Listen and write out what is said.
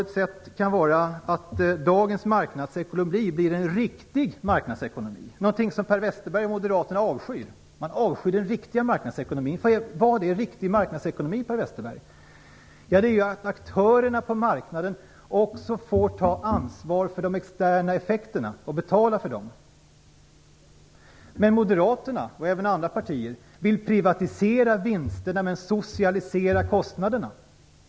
Ett sätt att ta det kan vara att se till att dagens marknadsekonomi blir en riktig marknadsekonomi, någonting som Per Westerberg och Moderaterna avskyr. Man avskyr den riktiga marknadsekonomin. Vad är riktig marknadsekonomi, Per Westerberg? Det är ju att aktörerna på marknaden också får ta ansvar för de externa effekterna och betala för dem. Men Moderaterna och även andra partier vill privatisera vinsterna men socialisera kostnaderna.